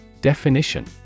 Definition